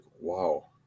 wow